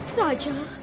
raja!